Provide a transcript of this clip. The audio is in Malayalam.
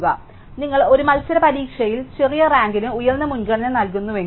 അതിനാൽ നിങ്ങൾ ഒരു മത്സര പരീക്ഷയിൽ ചെറിയ റാങ്കിന് ഉയർന്ന മുൻഗണന നൽകുന്നുവെങ്കിൽ